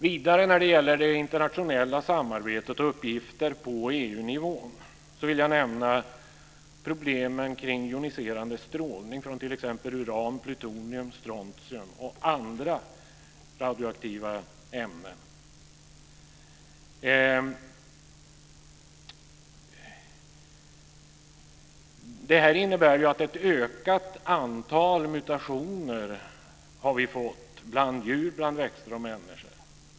Vidare när det gäller det internationella samarbetet och uppgifter på EU-nivå vill jag nämna problemen kring joniserande strålning från t.ex. uran, plutonium, strontium och andra radioaktiva ämnen. Problemen innebär att vi har fått ett ökat antal mutationer bland djur, växter och människor.